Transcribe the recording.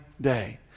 day